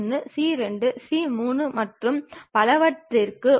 இவை சிறப்பு தளங்கள் ஆகும்